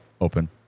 Open